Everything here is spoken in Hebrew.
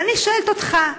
ואני שואלת אותך,